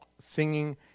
singing